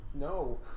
No